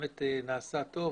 ושבאמת זה נעשה טוב,